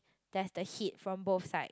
there's the heat from both side